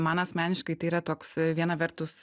man asmeniškai tai yra toks viena vertus